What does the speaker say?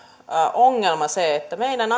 ongelma se että meidän